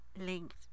linked